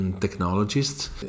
technologists